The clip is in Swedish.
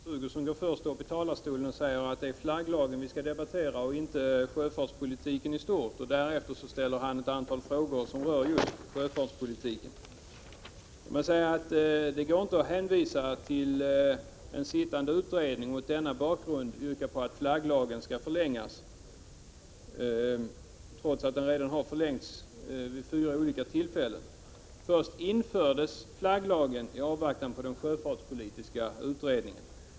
Fru talman! Kurt Hugosson går först upp i talarstolen och säger att det är flagglagen vi skall debattera och inte sjöfartspolitiken i stort. Därefter ställer han ett antal frågor som rör just sjöfartspolitiken. Jag måste säga att det inte går att hänvisa till en sittande utredning och mot denna bakgrund yrka på att flagglagen skall förlängas trots att den redan har förlängts vid fyra olika tillfällen. Först infördes flagglagen i avvaktan på den sjöfartspolitiska utredningen.